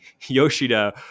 Yoshida